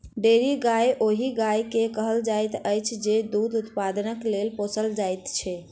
dairy गाय ओहि गाय के कहल जाइत अछि जे दूध उत्पादनक लेल पोसल जाइत छै